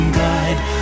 guide